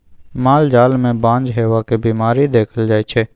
माल जाल मे बाँझ हेबाक बीमारी देखल जाइ छै